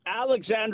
Alexander